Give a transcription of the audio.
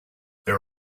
there